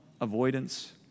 avoidance